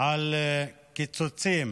על קיצוצים